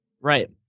Right